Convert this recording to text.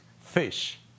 fish